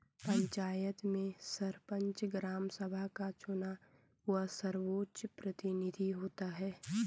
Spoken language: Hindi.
पंचायत में सरपंच, ग्राम सभा का चुना हुआ सर्वोच्च प्रतिनिधि होता है